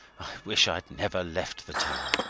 wish i'd never left the town!